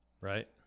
Right